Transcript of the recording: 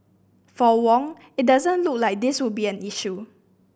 for Wong it doesn't look like this will be an issue